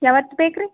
ಯಾವತ್ತು ಬೇಕು ರೀ